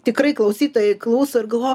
tikrai klausytojai klauso ir galvo